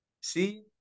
See